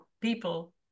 people